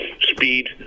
speed